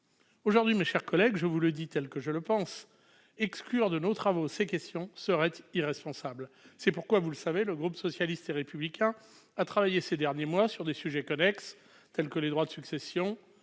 Aujourd'hui mes chers collègues, je vous le dis tel que je le pense, exclure de nos travaux ces questions serait irresponsable. C'est pourquoi, vous le savez, le groupe socialiste et républicain a travaillé ces derniers mois sur des sujets connexes tels que les droits de succession,